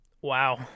Wow